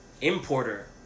importer